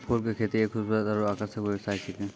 फूल के खेती एक खूबसूरत आरु आकर्षक व्यवसाय छिकै